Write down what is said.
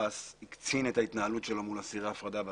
הסוהר הקצין את ההתנהלות שלו מול אסירי הפרדה.